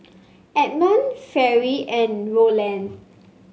Edmund Fairy and Roland